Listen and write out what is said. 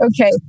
okay